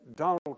Donald